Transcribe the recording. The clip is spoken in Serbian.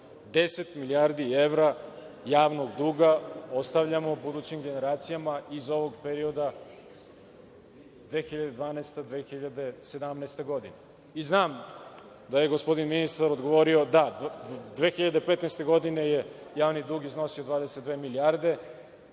10 milijardi evra javnog duga budućim generacijama iz ovog perioda 2012-2017. godina. Znam da je gospodin ministar odgovorio da je 2015. godine javni dug iznosio 22 milijarde,